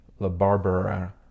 LaBarbera